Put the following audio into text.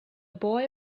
boy